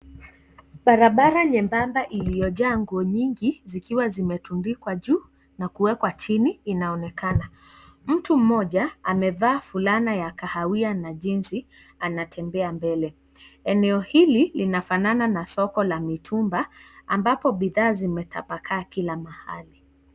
Barabara nyembamba iliyojaa nguo nyingi zikiwa zime tumbikwa juu na kuwekwa chini inaonekana, mtu moja amevaa fulana ya kaawia na jeans anatembea mbele, eneo hili linafanana na soko la mtumba ambapo bidhaa zimetapakaa kila mahali.